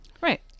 Right